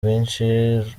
rwinshi